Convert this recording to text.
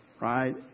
Right